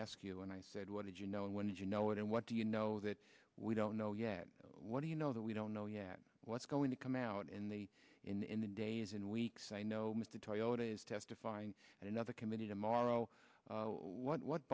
ask you and i said what did you know and when did you know it and what do you know that we don't know yet what do you know that we don't know yet what's going to come out in the in the days and weeks i know mr toyoda is testifying another committee tomorrow what